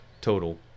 total